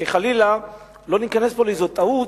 שחלילה לא ניכנס פה לאיזו טעות,